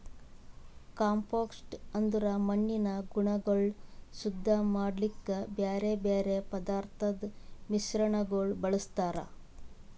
compost ಅಂದುರ್ ಮಣ್ಣಿನ ಗುಣಗೊಳ್ ಶುದ್ಧ ಮಾಡ್ಲುಕ್ ಬ್ಯಾರೆ ಬ್ಯಾರೆ ಪದಾರ್ಥದ್ ಮಿಶ್ರಣಗೊಳ್ ಬಳ್ಸತಾರ್